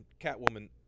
Catwoman